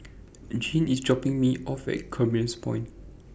Jean IS dropping Me off At Commerce Point